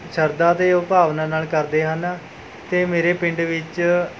ਸ਼ਰਧਾ ਅਤੇ ਉਹ ਭਾਵਨਾ ਨਾਲ ਕਰਦੇ ਹਨ ਅਤੇ ਮੇਰੇ ਪਿੰਡ ਵਿੱਚ